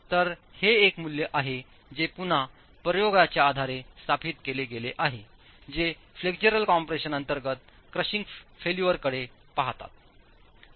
तर हे एक मूल्य आहे जे पुन्हा प्रयोगांच्या आधारे स्थापित केले गेले आहे जे फ्लेक्सुरल कम्प्रेशन अंतर्गत क्रशिंग फेल्युअरकडे पाहतात